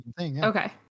Okay